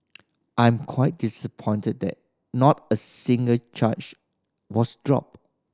I'm quite disappointed that not a single charge was dropped